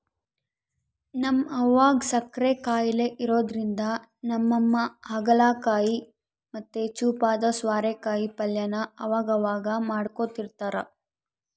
ನಮ್ ಅವ್ವುಗ್ ಸಕ್ಕರೆ ಖಾಯಿಲೆ ಇರೋದ್ರಿಂದ ನಮ್ಮಮ್ಮ ಹಾಗಲಕಾಯಿ ಮತ್ತೆ ಚೂಪಾದ ಸ್ವಾರೆಕಾಯಿ ಪಲ್ಯನ ಅವಗವಾಗ ಮಾಡ್ಕೊಡ್ತಿರ್ತಾರ